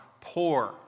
poor